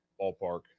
ballpark